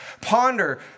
Ponder